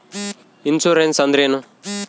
Insurance ಅಂದ್ರೇನು?